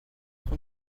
trop